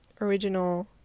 original